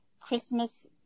Christmas